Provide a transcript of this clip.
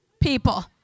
people